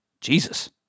jesus